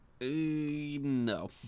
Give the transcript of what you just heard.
No